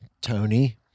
Tony